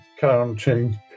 counting